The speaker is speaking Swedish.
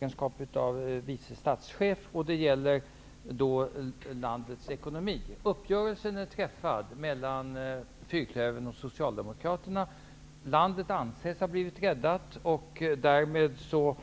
Herr talman! Jag vill rikta en fråga om landets ekonomi till Bengt Westerberg i hans egenskap av vice statsminister. En uppgörelse har träffats mellan fyrklövern och Socialdemokraterna. Landet anses räddat, och därmed får